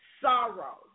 sorrow